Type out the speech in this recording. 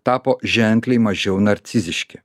tapo ženkliai mažiau narciziški